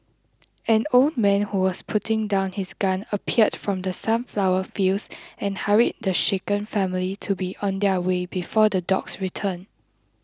an old man who was putting down his gun appeared from the sunflower fields and hurried the shaken family to be on their way before the dogs return